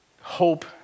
Hope